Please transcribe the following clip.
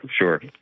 sure